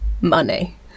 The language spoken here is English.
money